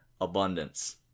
abundance